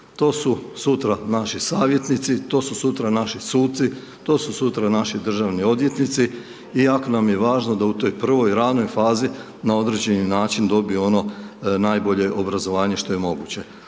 To su sutra naši savjetnici, to su sutra naši suci, to su sutra naši državni odvjetnici i jako nam je važno, da u toj prvoj, ranoj fazi, na određeni način, dobiju ono najbolje obrazovanje što je moguće.